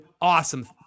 awesome